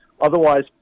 otherwise